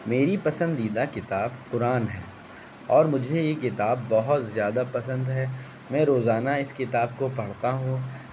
میری پسندیدہ کتاب قرآن ہے اور مجھے یہ کتاب بہت زیادہ پسند ہے میں روزانہ اس کتاب کو پڑھتا ہوں